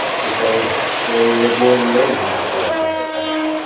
because they are born and raised in that there briar patch,